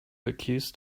accused